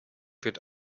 wird